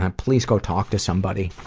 and please go talk to somebody.